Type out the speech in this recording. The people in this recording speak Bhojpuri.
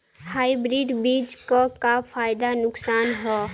हाइब्रिड बीज क का फायदा नुकसान ह?